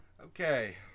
okay